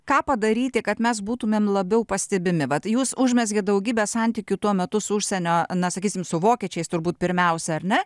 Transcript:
ką padaryti kad mes būtumėm labiau pastebimi vat jūs užmezgėt daugybę santykių tuo metu su užsienio na sakysim su vokiečiais turbūt pirmiausia ar ne